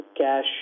cash